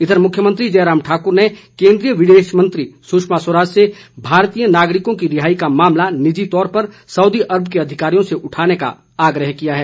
इधर मुख्यमंत्री जयराम ठाकुर ने केंद्रीय विदेश मंत्री सुषमा स्वराज से भारतीय नागरिकों की रिहाई का मामला निजी तौर पर सउदी अरब के अधिकारियों से उठाने का आग्रह किया है